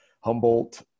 Humboldt